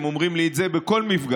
הם אומרים לי את זה בכל מפגש: